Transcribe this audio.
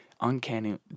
uncanny